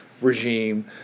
regime